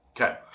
Okay